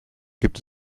gibt